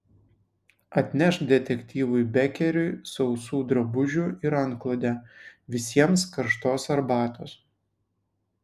atnešk detektyvui bekeriui sausų drabužių ir antklodę visiems karštos arbatos